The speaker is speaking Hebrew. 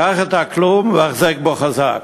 קח את הכלום והחזק בו חזק.